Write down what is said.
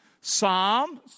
Psalms